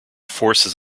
forces